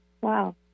wow